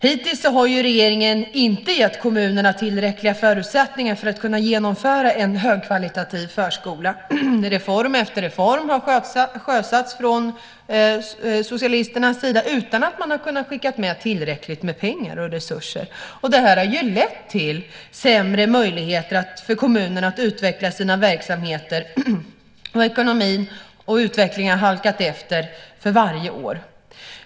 Hittills har ju regeringen inte givit kommunerna tillräckliga förutsättningar för att kunna genomföra en högkvalitativ förskola. Reform efter reform har sjösatts från socialisternas sida utan att man har kunnat skicka med tillräckligt med pengar och resurser. Det har lett till sämre möjligheter för kommunen att utveckla sina verksamheter. Ekonomi och utveckling har halkat efter mer för varje år.